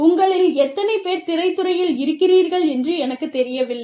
உங்களில் எத்தனை பேர் திரைத்துறையில் இருக்கீறீர்கள் என்று எனக்குத் தெரியவில்லை